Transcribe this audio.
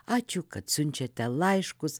ačiū kad siunčiate laiškus